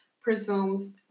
presumes